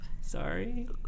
Sorry